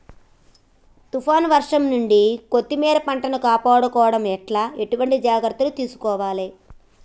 తుఫాన్ వర్షం నుండి కొత్తిమీర పంటను కాపాడుకోవడం ఎట్ల ఎటువంటి జాగ్రత్తలు తీసుకోవాలే?